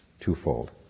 twofold